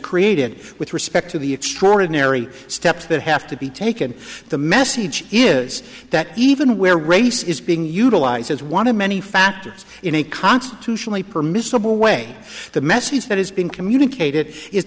created with respect to the extraordinary steps that have to be taken the message is that even where race is being utilized as one of many factors in a constitutionally permissible way the message that has been communicated is